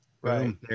Right